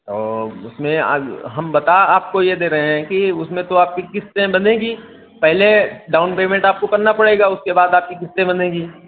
औ उसमें हम बता आपको यह दे रहे हैं कि उसमें तो आपकी क़िस्तें बंधेगी पहले डाउन पेमेंट आपको करना पड़ेगा उसके बाद आपकी क़िस्तें बंधेगी